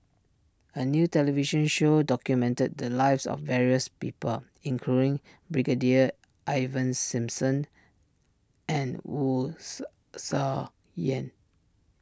a new television show documented the lives of various people including Brigadier Ivan Simson and Wu Yen